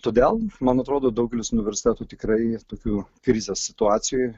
todėl man atrodo daugelis universitetų tikrai tokių krizės situacijoj